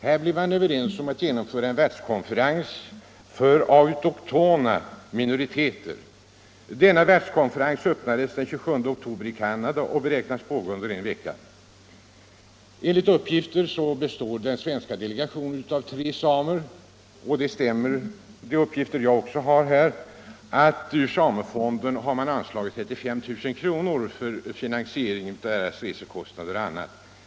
Här blev man överens om att genomföra en världskonferens för autoktona minoriteter. Denna världskonferens öppnades den 27 oktober i Canada och beräknas pågå under en vecka. Enligt uppgift består den svenska delegationen av tre samer. Utbildningsministerns svar stämmer med de uppgifter jag redan fått att ur samefonden har anslagits 35 000 kr. för finansieringen av resekostnader och annat.